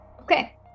Okay